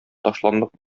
ташландык